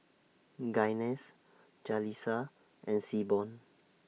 Gaines Jalissa and Seaborn